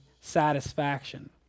satisfaction